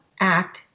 act